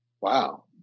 Wow